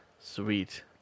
Sweet